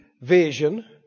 vision